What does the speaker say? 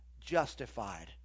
justified